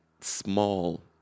small